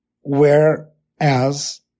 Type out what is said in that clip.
whereas